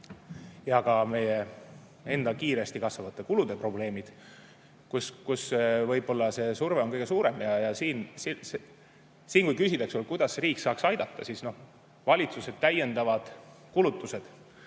ka meie enda kiiresti kasvavate kulude probleemid, kus võib-olla see surve on kõige suurem. Kui küsida, kuidas riik saaks aidata, siis valitsuse täiendavad kulutused